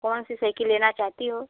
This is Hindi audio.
कौन सी साइकिल लेना चाहती हो